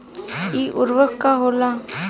इ उर्वरक का होला?